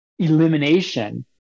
elimination